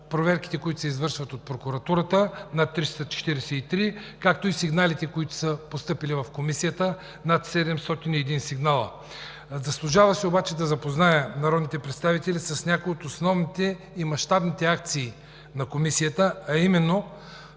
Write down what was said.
проверките, които се извършват от прокуратурата – над 343, както и сигналите, които са постъпили в Комисията – над 701. Заслужава си обаче да запозная народните представители с някои от основните и мащабни акции на Комисията, а именно: